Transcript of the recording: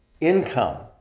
income